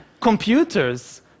computers